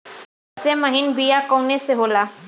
सबसे महीन बिया कवने के होला?